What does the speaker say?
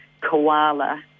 koala